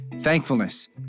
thankfulness